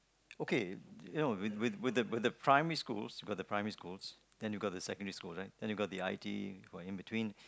okay you know with with with the with the primary schools we got the primary schools then you got the secondary schools right then you got the I_T got the in between